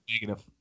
Negative